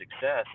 success